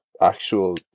actual